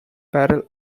barrel